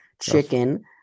chicken